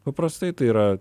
paprastai tai yra